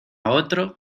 otro